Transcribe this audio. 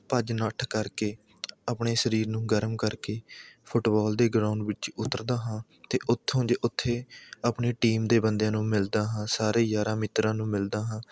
ਭੱਜ ਨੱਠ ਕਰਕੇ ਆਪਣੇ ਸਰੀਰ ਨੂੰ ਗਰਮ ਕਰਕੇ ਫੁੱਟਬੋਲ ਦੇ ਗਰਾਊਂਡ ਵਿੱਚ ਉਤਰਦਾ ਹਾਂ ਅਤੇ ਉੱਥੋਂ ਦੇ ਉੱਥੇ ਆਪਣੀ ਟੀਮ ਦੇ ਬੰਦਿਆਂ ਨੂੰ ਮਿਲਦਾ ਹਾਂ ਸਾਰੇ ਯਾਰਾਂ ਮਿੱਤਰਾਂ ਨੂੰ ਮਿਲਦਾ ਹਾਂ